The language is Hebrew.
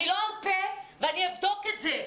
לא ארפה ואבדוק את זה.